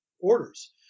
orders